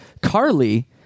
Carly